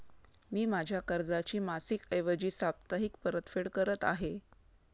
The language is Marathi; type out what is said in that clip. मी माझ्या कर्जाची मासिक ऐवजी साप्ताहिक परतफेड करत आहे